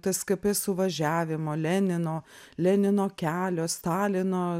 tskp suvažiavimo lenino lenino kelio stalino